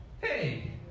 hey